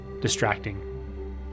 distracting